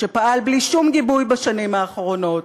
שפעל בלי שום גיבוי בשנים האחרונות,